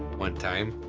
one time,